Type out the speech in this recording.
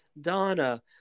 donna